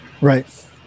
right